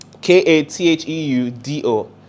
K-A-T-H-E-U-D-O